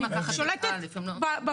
אני שולטת בפרטים,